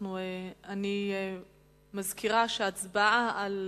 אני מזכירה שההצבעה על